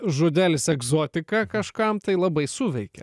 žodelis egzotika kažkam tai labai suveikia